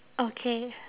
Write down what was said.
okay